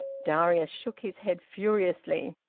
darius shook his head furiously.